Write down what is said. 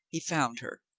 he found her.